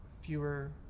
fewer